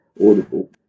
audible